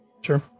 Sure